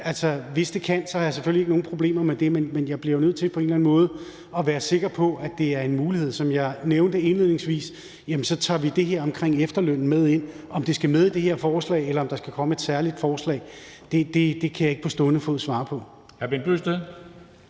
hvis det kan, har jeg selvfølgelig ikke nogen problemer med det, men jeg bliver jo nødt til på en eller anden måde at være sikker på, at det er en mulighed. Som jeg nævnte indledningsvis, tager vi det her omkring efterlønnen med ind. Om det skal med i det her forslag, eller om der skal komme et særligt forslag, kan jeg ikke på stående fod svare på.